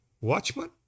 Watchman